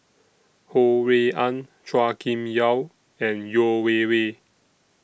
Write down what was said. Ho Rui An Chua Kim Yeow and Yeo Wei Wei